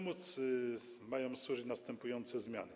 Mają temu służyć następujące zmiany.